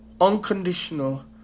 Unconditional